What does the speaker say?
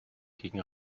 gegen